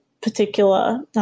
particular